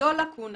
זו לקונה